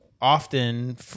often